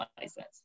license